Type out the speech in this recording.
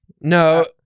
No